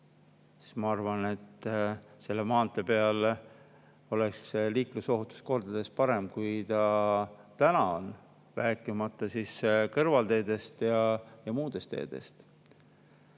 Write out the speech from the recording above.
ma arvan, selle maantee peal oleks liiklusohutus kordades parem, kui ta täna on, rääkimata kõrvalteedest ja muudest teedest.